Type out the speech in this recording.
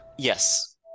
Yes